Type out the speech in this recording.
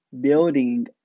building